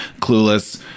clueless